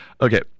Okay